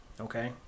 Okay